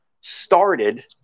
started